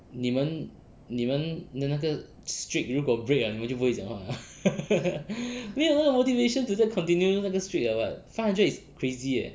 你们你们的那个 streak 如果 break 了你们就不会讲话了 没有那种 motivation to continue 用那个 streak 了 [what] five hundred is crazy eh